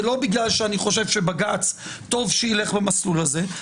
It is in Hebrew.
זה לא בגלל שאני חושב שבג"ץ טוב שילך במסלול הזה,